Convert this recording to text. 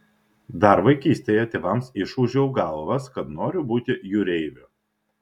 dar vaikystėje tėvams išūžiau galvas kad noriu būti jūreiviu